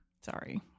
Sorry